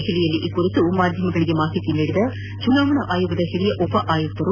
ದೆಹಲಿಯಲ್ಲಿ ಈ ಕುರಿತು ಮಾಧ್ಯಮಗಳಿಗೆ ಮಾಹಿತಿ ನೀಡಿದ ಚುನಾವಣಾ ಆಯೋಗದ ಹಿರಿಯ ಉಪ ಆಯುಕ್ತರು